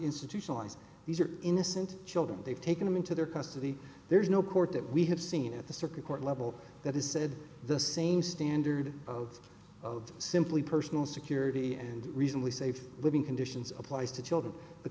institutionalized these are innocent children they've taken them into their custody there's no court that we have seen at the circuit court level that is said the same standard both of simply personal security and reasonably safe living conditions applies to children the